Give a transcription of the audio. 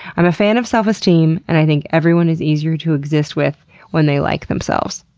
i'm a fan of self-esteem, and i think everyone is easier to exist with when they like themselves.